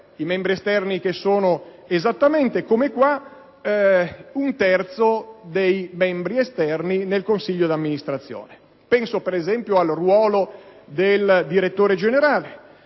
ai membri esterni, che sono esattamente un terzo dei membri esterni nel consiglio di amministrazione. Penso, per esempio, al ruolo del direttore generale.